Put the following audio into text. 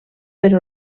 per